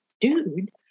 dude